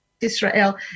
Israel